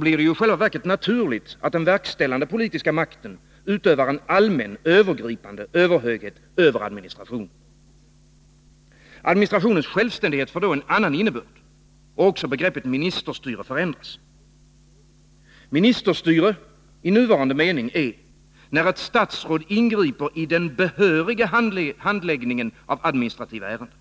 blir det ju i själva verket naturligt att den verkställande politiska makten utövar en allmän övergripande överhöghet över administrationen. Administrationens självständighet får då en annan innebörd. Också begreppet ministerstyre förändras. Ministerstyre i nuvarande mening är när ett statsråd ingriper i den behöriga handläggningen av administrativa ärenden.